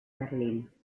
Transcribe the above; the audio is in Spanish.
berlín